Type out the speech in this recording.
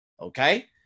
Okay